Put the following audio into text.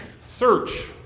search